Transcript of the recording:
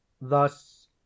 thus